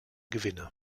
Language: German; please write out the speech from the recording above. gewinne